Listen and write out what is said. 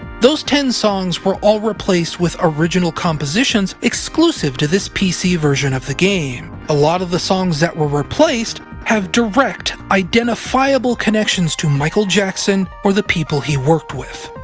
those ten songs were all replaced with original compositions exclusive to this pc version of the game. a lot of the songs that were replaced have direct, identifiable connections to michael jackson or the people he worked with.